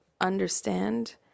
understand